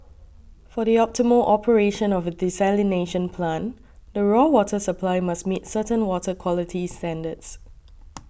for the optimal operation of a desalination plant the raw water supply must meet certain water quality standards